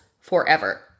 forever